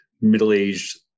middle-aged